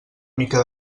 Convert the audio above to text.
mica